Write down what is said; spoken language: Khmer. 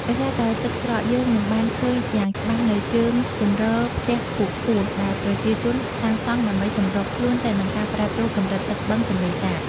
ដោយសារតែទឹកស្រក យើងនឹងបានឃើញយ៉ាងច្បាស់នូវជើងទម្រផ្ទះខ្ពស់ៗ ដែលប្រជាជនសាងសង់ដើម្បីសម្របខ្លួនទៅនឹងការប្រែប្រួលកម្រិតទឹកបឹងទន្លេសាប។